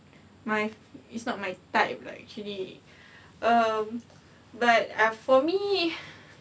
my it's not my type lah actually um but ah for me